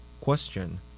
Question